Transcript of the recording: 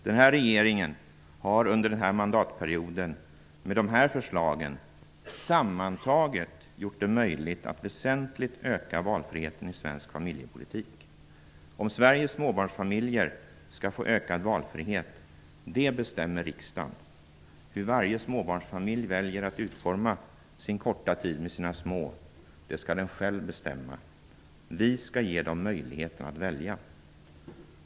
Den här regeringen har under den här mandatperioden med de här förslagen sammantaget gjort det möjligt att väsentligt öka valfriheten i svensk familjepolitik. Om Sveriges småbarnsfamiljer skall få ökad valfrihet, det bestämmer riksdagen. Hur varje småbarnsfamilj väljer att utforma sin korta tid med sina små, det skall den själv bestämma. Vi skall ge den möjligheten att välja.